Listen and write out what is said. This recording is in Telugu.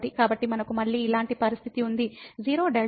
కాబట్టి మనకు మళ్ళీ ఇలాంటి పరిస్థితి ఉంది 0 Δy